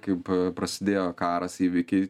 kaip prasidėjo karas įvykiai